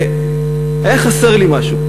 והיה חסר לי משהו,